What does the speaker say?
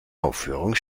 aufführung